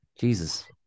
Jesus